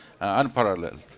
unparalleled